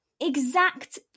exact